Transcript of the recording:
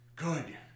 Good